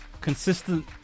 consistent